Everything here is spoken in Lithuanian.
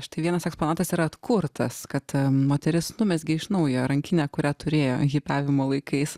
štai vienas eksponatas yra atkurtas kad moteris numezgė iš naujo rankinę kurią turėjo hipavimo laikais